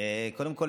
קודם כול,